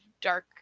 Dark